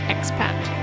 Expat